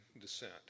descent